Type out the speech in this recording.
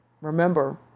Remember